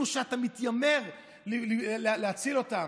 אלו שאתה מתיימר להציל אותם.